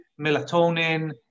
melatonin